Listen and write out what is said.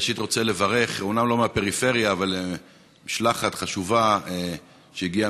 אני ראשית רוצה לברך משלחת חשובה שהגיעה,